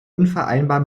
unvereinbar